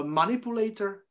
manipulator